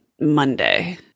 Monday